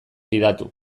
fidatu